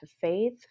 faith